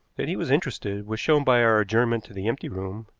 that he was interested was shown by our adjournment to the empty room,